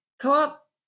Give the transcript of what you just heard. Co-op